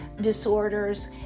disorders